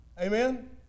Amen